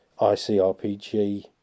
ICRPG